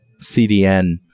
CDN